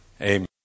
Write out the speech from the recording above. Amen